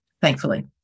thankfully